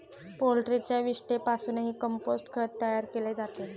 पोल्ट्रीच्या विष्ठेपासूनही कंपोस्ट खत तयार केले जाते